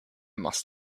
must